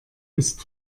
ist